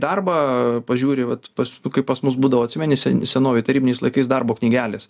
darbą pažiūri vat kaip pas mus būdavo atsimeni sen senovėj tarybiniais laikais darbo knygelės